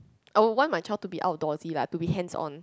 oh I want my child to be outdoorsy lah to be hands on